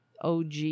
OG